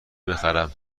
بخرم